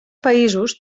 països